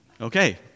Okay